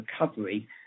recovery